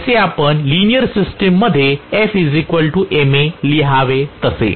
जसे आपण linear system मध्ये F ma लिहावे तसे